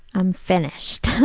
i'm finished.